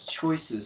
choices